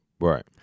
Right